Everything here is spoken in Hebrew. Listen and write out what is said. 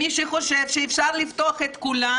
מי שחושב שאפשר לפתוח את כולם